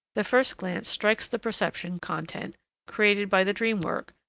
the first glance strikes the perception content created by the dream-work,